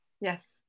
Yes